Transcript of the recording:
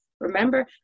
Remember